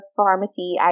pharmacy